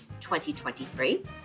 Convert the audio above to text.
2023